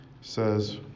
says